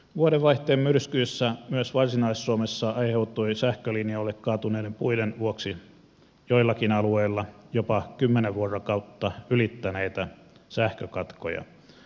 vuodenvaihteen myrskyissä myös varsinais suomessa aiheutui sähkölinjalle kaatuneiden puiden vuoksi joillakin alueilla jopa kymmenen vuorokautta ylittäneitä sähkökatkoja